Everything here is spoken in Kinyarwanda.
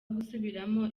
gusubiramo